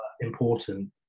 important